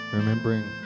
remembering